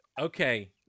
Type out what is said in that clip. Okay